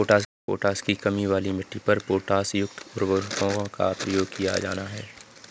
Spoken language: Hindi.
पोटाश की कमी वाली मिट्टी पर पोटाशयुक्त उर्वरकों का प्रयोग किया जाना है